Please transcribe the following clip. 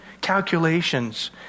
calculations